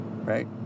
right